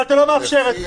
אבל אתה לא מאפשר את זה.